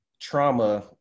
trauma